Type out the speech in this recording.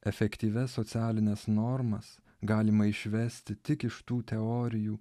efektyvias socialines normas galima išvesti tik iš tų teorijų